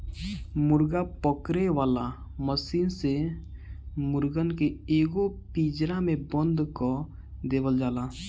मुर्गा पकड़े वाला मशीन से मुर्गन के एगो पिंजड़ा में बंद कअ देवल जाला